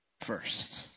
first